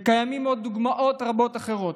וקיימות עוד דוגמאות רבות אחרות.